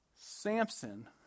Samson